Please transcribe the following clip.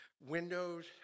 Windows